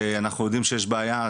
ואנחנו יודעים שיש בעיה,